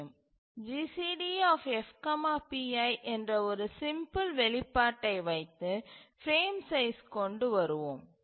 GCDF pi என்ற ஒரு simple வெளிப்பாட்டை வைத்து பிரேம் சைஸ் கொண்டு வருவோம்